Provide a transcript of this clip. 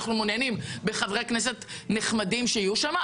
אנחנו מעוניינים בחברי הכנסת נחמדים שיהיו שם,